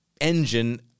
engine